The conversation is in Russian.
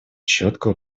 четкого